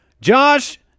Josh